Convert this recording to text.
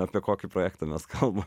apie kokį projektą mes kalbam